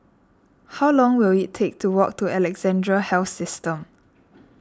how long will it take to walk to Alexandra Health System